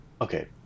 Okay